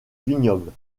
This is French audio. vignobles